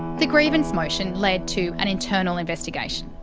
the grievance motion led to an internal investigation.